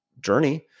journey